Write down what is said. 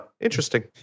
interesting